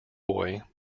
boy